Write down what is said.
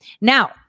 Now